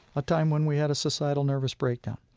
a time when we had a societal nervous breakdown,